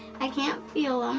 i can't feel him,